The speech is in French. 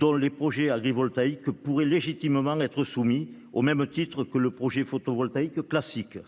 auquel les projets agrivoltaïques pourraient légitimement être soumis, au même titre que les projets photovoltaïques classiques.